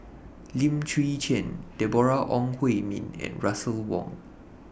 Lim Chwee Chian Deborah Ong Hui Min and Russel Wong